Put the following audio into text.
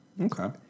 okay